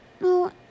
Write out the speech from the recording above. No